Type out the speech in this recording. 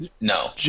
no